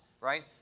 right